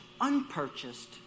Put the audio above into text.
unpurchased